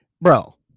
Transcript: bro